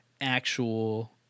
actual